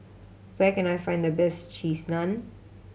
where can I find the best Cheese Naan